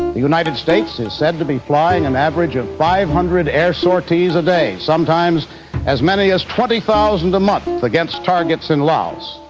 the united states is said to be flying an average of five hundred air sorties a day, sometimes as many as twenty thousand a month, against targets in laos.